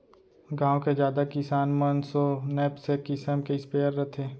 गॉँव के जादा किसान मन सो नैपसेक किसम के स्पेयर रथे